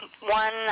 one